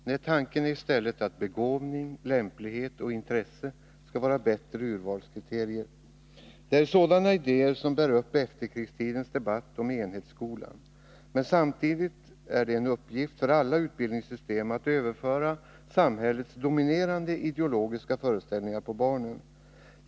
Nej, tanken är i stället att begåvning, lämplighet och intresse skall vara bättre urvalskriterier. Det är sådana idéer som bär upp efterkrigstidens debatt om enhetsskolan. Men samtidigt är det en uppgift för alla utbildningssystem att överföra samhällets dominerande ideologiska föreställningar på barnen.